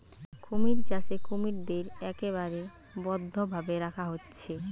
কুমির চাষে কুমিরদের একবারে বদ্ধ ভাবে রাখা হচ্ছে